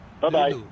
Bye-bye